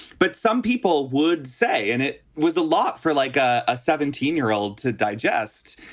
but some people would say and it was a lot for like a seventeen year old to digest.